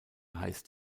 heißt